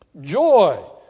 joy